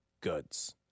goods